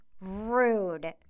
Rude